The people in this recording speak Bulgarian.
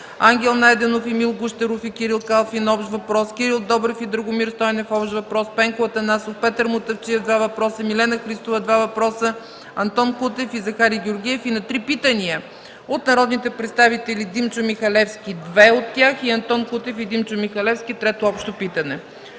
Ангел Найденов, Емил Гущеров и Кирил Калфин – общ въпрос, Кирил Добрев и Драгомир Стойнев – общ въпрос, Пенко Атанасов, Петър Мутафчиев – два въпроса, Милена Христова – два въпроса, Антон Кутев, и Захари Георгиев, и на три питания от народните представители Димчо Михалевски – две от тях, и Антон Кутев и Димчо Михалевски – трето общо питане.